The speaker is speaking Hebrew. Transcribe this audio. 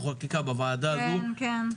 שחוקקה בוועדה הזו --- כן כן,